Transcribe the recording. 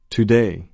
Today